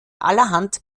allerhand